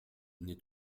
n’est